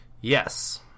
Yes